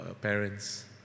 parents